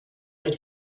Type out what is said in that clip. did